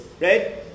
right